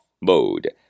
mode